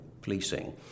policing